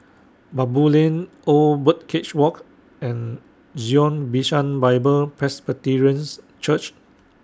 Baboo Lane Old Birdcage Walk and Zion Bishan Bible Presbyterians Church